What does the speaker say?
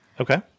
Okay